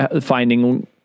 finding